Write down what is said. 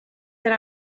that